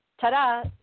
Ta-da